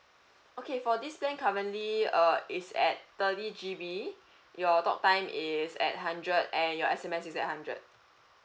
okay for this plan currently uh it's at thirty G_B your talk time is at hundred and your S_M_S is at hundred